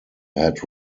had